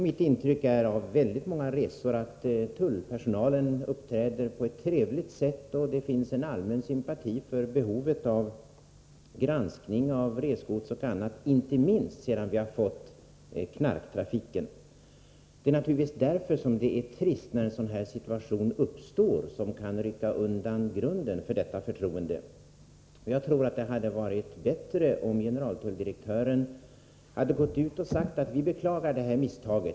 Mitt intryck, från väldigt många resor, är att tullpersonalen uppträder på ett trevligt sätt och att det finns en allmän sympati för behovet av granskning av resgods och annat — inte minst sedan vi har fått knarktrafiken. Därför är det naturligtvis trist när en sådan här situation uppstår, som kan rycka undan grunden för detta förtroende. Jag tror att det hade varit bättre om generaltulldirektören hade gått ut och sagt: Vi beklagar detta misstag.